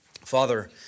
Father